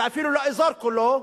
ואפילו לאזור כולו,